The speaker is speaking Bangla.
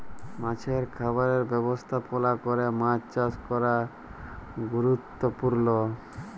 মাছের খামারের ব্যবস্থাপলা ক্যরে মাছ চাষ ক্যরা গুরুত্তপুর্ল